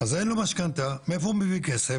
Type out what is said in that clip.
אז אין לו משכנתא, מאיפה הוא מביא כסף?